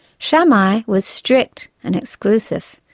shammai was strict and exclusive,